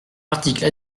article